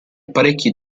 parecchi